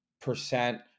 percent